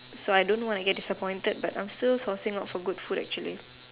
so I don't want to get disappointed but I am still sourcing out for good food actually